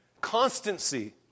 Constancy